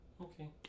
Okay